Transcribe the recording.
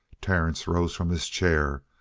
terence rose from his chair,